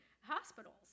hospitals